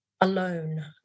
alone